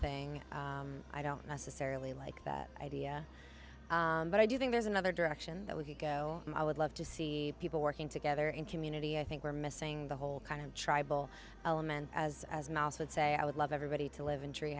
thing i don't necessarily like that idea but i do think there's another direction that we could go and i would love to see people working together in community i think we're missing the whole kind of tribal element as as miles would say i would love everybody to live in tree